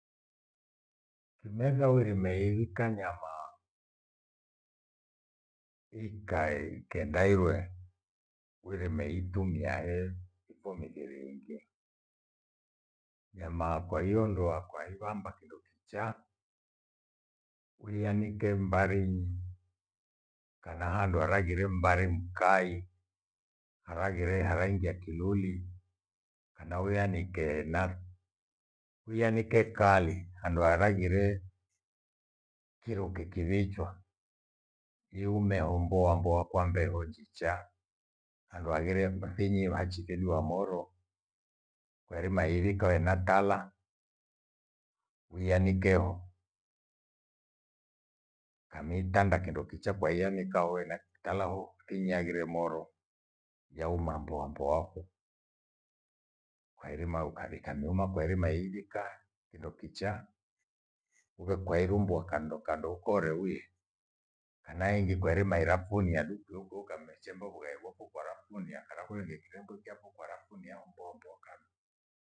Kimetha urime ivika nyama. Ikai kenda irwe, urime itumia he iko mifiri mingi. Nyama kwa iondoa kwaivamba kindokicha, uihanike umbarinyi. Kana handu halaraighire mmbari mkai halaghire halaingia kiluli ena huya nike nak- huya nike kali handu haraghire kiruki kirichwa. Ihume homboa mboa kwa mbeo njicha. Andu anghire mthinyi vaachifinduwa moro kwairima iivika hoe na tala, uanike hoo. Kamiitanda kindokicha kwaianika hoo hena kitala hoo inyaghire moro yauma mboa mboa ho. Kwairima ukanika miuma kwairima ivivikaa kindo kichaa uwe kairumbua kando kando ukore uye. Enaingi kwairima irafuniya du kwiokwiyo kammechemba ughai voko kwara kunia kala kule nighire ndukyafo kwara kuniahao mbombo ukami.